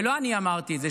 ולא אני אמרתי את זה.